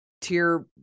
tier